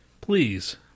Please